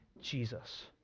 Jesus